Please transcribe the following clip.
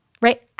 Right